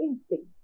instinct